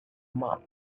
mat